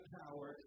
power